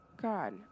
God